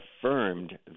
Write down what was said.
affirmed